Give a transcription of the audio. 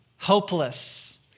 hopeless